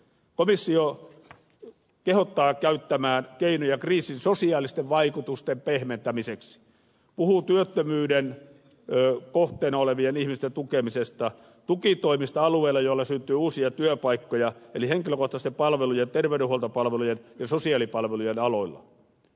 komissio kehottaa käyttämään keinoja kriisin sosiaalisten vaikutusten pehmentämiseksi puhuu työttömyyden kohteena olevien ihmisten tukemisesta tukitoimista alueille joille syntyy uusia työpaikkoja eli henkilökohtaisten palvelujen terveydenhuoltopalvelujen ja sosiaalipalvelujen aloille